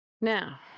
Now